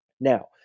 Now